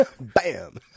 bam